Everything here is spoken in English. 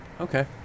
Okay